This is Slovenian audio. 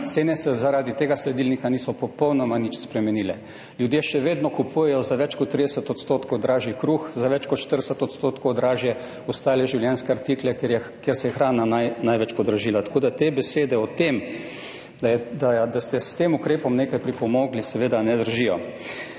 Cene se zaradi tega sledilnika niso popolnoma nič spremenile. Ljudje še vedno kupujejo za več kot 30 odstotkov dražji kruh, za več kot 40 odstotkov dražje ostale življenjske artikle, ker se je hrana najbolj podražila. Tako da te besede o tem, da ste s tem ukrepom nekaj pripomogli, seveda ne držijo.